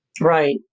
Right